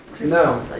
No